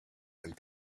and